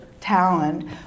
talent